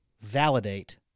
validate